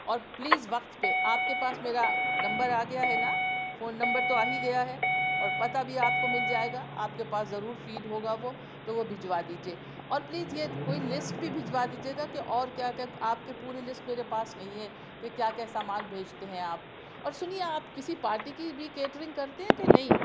اور پلیز وقت پہ آپ کے پاس میرا نمبر آ گیا ہے نا فون نمبر تو آ ہی گیا ہے اور پتا بھی آپ کو مل جائے گا آپ کے پاس ضرور فیڈ ہوگا وہ تو وہ بھیجوا دیجئے اور پلیز یہ کوئی لسٹ بھی بھیجوا دیجئے گا کہ اور کیا کیا آپ کی پوری لسٹ میرے پاس نہیں ہے کہ کیا کیا سامان بھیجتے ہیں آپ اور سنئے آپ کسی پارٹی کی بھی کیٹرنگ کرتے ہیں یا نہیں